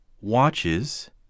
WATCHES